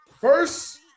first